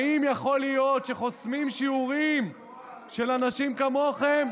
האם יכול להיות שחוסמים שיעורים של אנשים כמוכם,